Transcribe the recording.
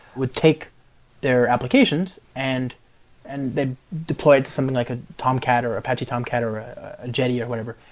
would take their applications and and they deploy it to something like a tomcat, or apache tomcat, or a gedi, or whatever.